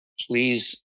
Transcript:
please